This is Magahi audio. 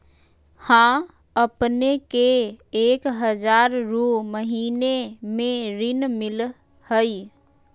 हां अपने के एक हजार रु महीने में ऋण मिलहई?